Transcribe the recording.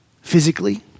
physically